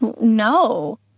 No